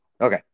Okay